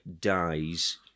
dies